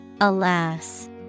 Alas